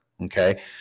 okay